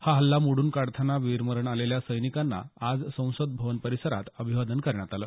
हा हल्ला मोडून काढताना वीरमरण आलेल्या सैनिकांना आज संसद भवन परिसरात अभिवादन करण्यात आलं